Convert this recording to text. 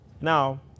Now